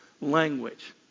language